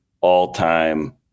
all-time